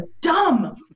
dumb